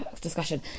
discussion